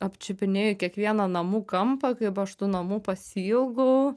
apčiupinėju kiekvieną namų kampą kaip aš tų namų pasiilgau